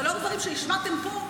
אבל לאור הדברים שהשמעתם פה,